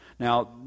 Now